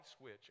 switch